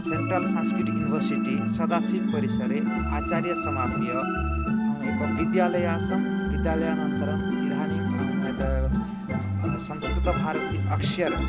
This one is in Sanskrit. सेन्ट्रल् सान्स्क्रिट् युनिवर्सिटि सदासिब् परिसरे आचार्य समाप्य अहम् एक विद्यालये आसं विद्यालयानन्तरम् इदानीं अहं यतः संस्कृतभारति अक्षर्